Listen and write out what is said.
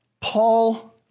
Paul